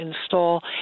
install